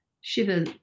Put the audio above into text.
Shiva